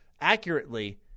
accurately